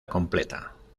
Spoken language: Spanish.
completa